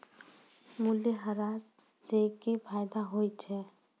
मूल्यह्रास से कि फायदा होय छै?